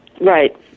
Right